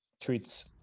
Treats